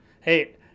Hey